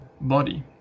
body